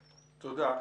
תודה.